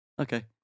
okay